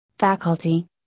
Faculty